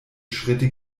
schritte